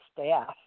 staff